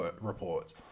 reports